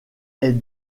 est